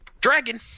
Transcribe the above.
Dragon